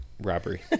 robbery